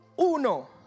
uno